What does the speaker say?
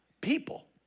People